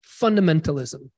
fundamentalism